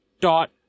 dot